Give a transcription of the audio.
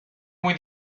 muy